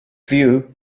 view